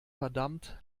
verdammt